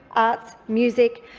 arts, music,